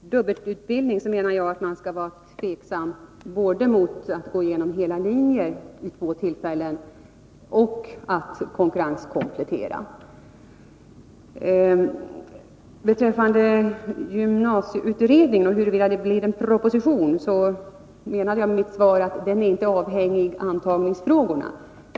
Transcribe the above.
Fru talman! Angående dubbelutbildningen vill jag säga att det finns anledning att vara tveksam mot både en genomgång av hela linjer vid två tillfällen och studier för att komplettera ur konkurrenssynpunkt. Jag menade i mitt svar att en proposition med anledning av gymnasieutredningens förslag inte är avhängig av antagningsfrågorna.